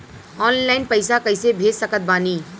Online पैसा कैसे भेज सकत बानी?